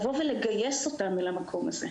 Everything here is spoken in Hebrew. ולגייס אותם אל המקום הזה.